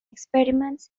experiments